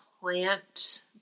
plant